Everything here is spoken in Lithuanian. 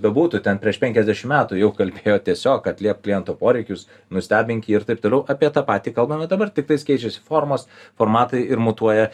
bebūtų ten prieš penkiasdešim metų jau kalbėjo tiesiog atliepk kliento poreikius nustebink jį ir taip toliau apie tą patį kalbame dabar tiktais keičiasi formos formatai ir mutuoja